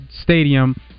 stadium